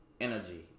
energy